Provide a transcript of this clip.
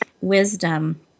wisdom